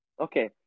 Okay